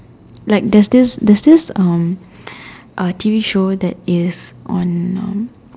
like there's this there's this um a T_V show that is on um